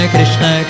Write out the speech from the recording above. Krishna